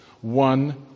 one